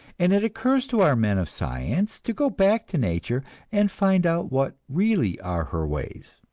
and it occurs to our men of science to go back to nature and find out what really are her ways.